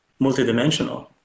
multidimensional